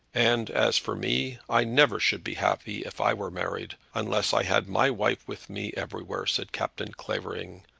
and as for me, i never should be happy, if i were married, unless i had my wife with me everywhere, said captain clavering.